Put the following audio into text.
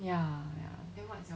ya ya